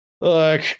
look